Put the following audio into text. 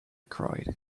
cried